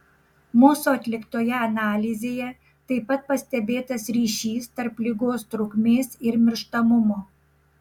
mūsų atliktoje analizėje taip pat pastebėtas ryšys tarp ligos trukmės ir mirštamumo